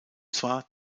zwar